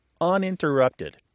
uninterrupted